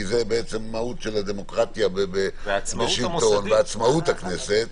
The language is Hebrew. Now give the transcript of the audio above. זאת המהות של הדמוקרטיה ושלטון ועצמאות הכנסת,